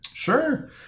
Sure